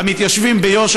המתיישבים ביו"ש,